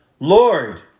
Lord